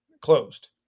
closed